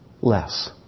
less